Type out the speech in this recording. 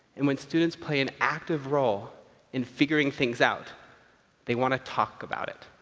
and when students play an active role in figuring things out they want to talk about it.